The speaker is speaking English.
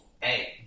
Hey